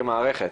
כמערכת,